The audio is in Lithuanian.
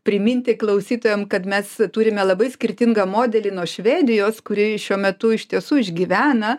priminti klausytojam kad mes turime labai skirtingą modelį nuo švedijos kuri šiuo metu iš tiesų išgyvena